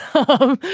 oh